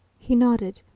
he nodded.